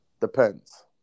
Depends